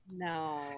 No